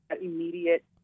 immediate